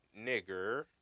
nigger